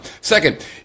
Second